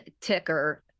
ticker